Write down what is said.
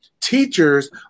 teachers